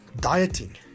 dieting